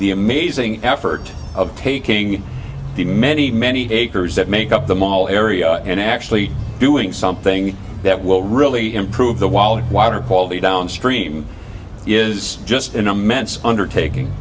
the amazing effort of taking the many many acres that make up the mall area and actually doing something that will really improve the wall of water quality downstream is just an immense undertaking